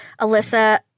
Alyssa